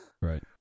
Right